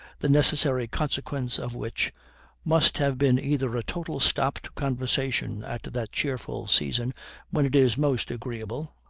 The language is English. the necessary consequence of which must have been either a total stop to conversation at that cheerful season when it is most agreeable,